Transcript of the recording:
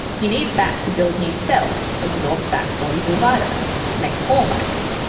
you need fat to build new cells, absorb fat soluble vitamins, make hormones,